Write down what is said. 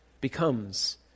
becomes